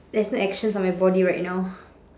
there's no actions on my body right now